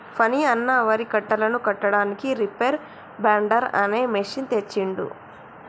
ఫణి అన్న వరి కట్టలను కట్టడానికి రీపేర్ బైండర్ అనే మెషిన్ తెచ్చిండు